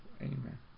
amen